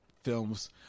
films